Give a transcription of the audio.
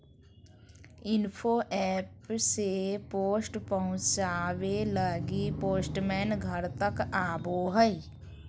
info app से post पहुचावे लगी पोस्टमैन घर तक आवो हय